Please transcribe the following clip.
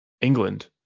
england